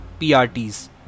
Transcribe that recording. PRTs